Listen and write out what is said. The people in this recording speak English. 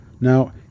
Now